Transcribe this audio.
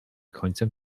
końcem